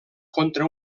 contra